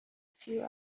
few